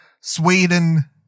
Sweden